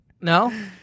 No